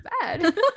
bad